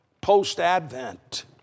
post-advent